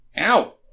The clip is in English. Ow